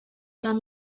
gan